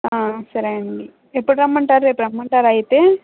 సరే అండీ ఎప్పుడు రమ్మంటారు రేపు రమ్మంటారా అయితే